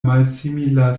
malsimila